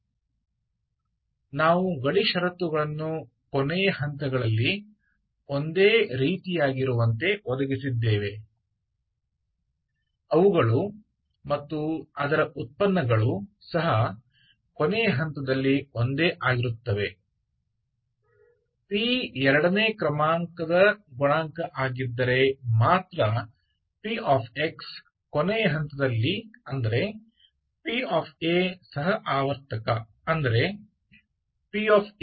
हम सीमा शर्तों को इस तरह प्रयास करते हैं कि वे अंत बिंदुओं पर समान होऔर इसका डेरिवेटिव्स भी अंतर बिंदुओं पर समान हो यदि p दूसरे क्रम के डेरिवेटिव का गुणांक है जो कि pहै pपीरियोडिक है जिसका अर्थ है papb और वे गैर शून्य है